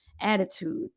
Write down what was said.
attitude